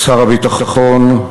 שר הביטחון,